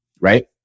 right